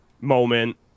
moment